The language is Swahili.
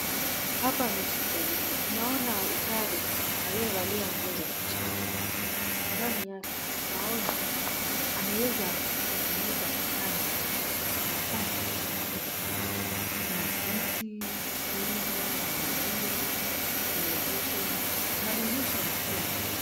Hapa ni hospitalini, tunaona daktari aliyevalia nguo za kijani, ndani yake tunaona ameweza kufunika kitanda kana kwamba kuna mtu amelala. Kuna viti, stima, redio, televisheni, madirisha yakiwa yamefungwa.